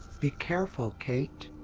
be careful kate!